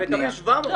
הם מקבלים 700 תיקים.